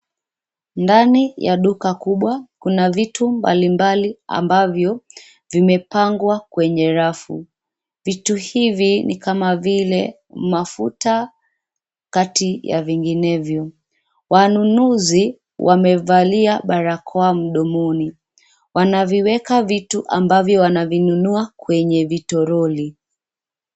Ndani ya duka kubwa kuna vitu mbalimbali ambavyo vimepangwa kwenye rafu. Vitu hivi ni kama vile mafuta kati ya vinginevyo. Wanunuzi wamevalia barakoa mdomoni. Wanaviweka vitu ambavyo wanavinunua kwenye vitoroli.